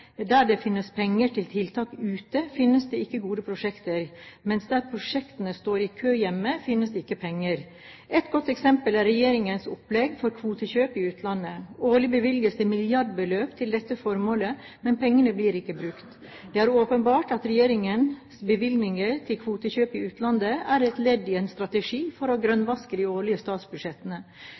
der det finnes penger til tiltak ute, finnes det ikke gode prosjekter, mens der prosjektene står i kø hjemme, finnes det ikke penger. Et godt eksempel er regjeringens opplegg for kvotekjøp i utlandet. Årlig bevilges det milliardbeløp til dette formålet, men pengene blir ikke brukt. Det er åpenbart at regjeringens bevilgninger til kvotekjøp i utlandet er et ledd i en strategi for å grønnvaske de årlige statsbudsjettene.